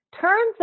Turns